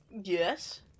Yes